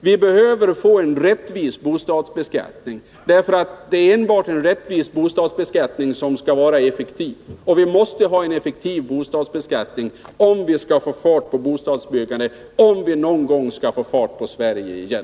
Vi behöver få en rättvis bostadsbeskattning, eftersom endast en rättvis bostadsbeskattning kan vara effektiv. Och vi måste ha en effektiv bostadsbeskattning om vi skall få fart på bostadsbyggandet och om vi någon gång skall få fart på Sverige igen.